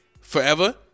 forever